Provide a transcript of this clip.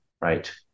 right